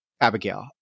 Abigail